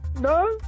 No